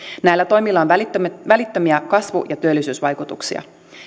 näillä toimilla on välittömiä välittömiä kasvu ja työllisyysvaikutuksia